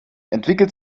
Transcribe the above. entwickelt